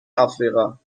آفریقا